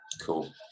Cool